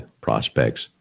prospects